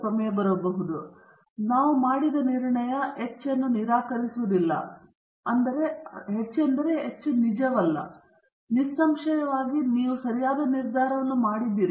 ಸರಿ ಮಾಡಿದ ನಿರ್ಣಯವು H ಅನ್ನು ನಿರಾಕರಿಸುವುದಿಲ್ಲ ಮತ್ತು ಹೆಚ್ಚೆಂದರೆ ನಿಜವಲ್ಲ ನಿಸ್ಸಂಶಯವಾಗಿ ನೀವು ಸರಿಯಾದ ನಿರ್ಧಾರವನ್ನು ಮಾಡಿದ್ದೀರಿ